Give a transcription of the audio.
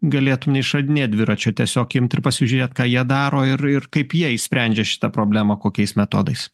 galėtum neišradinėt dviračio tiesiog imt ir pasižiūrėt ką jie daro ir ir kaip jie išsprendžia šitą problemą kokiais metodais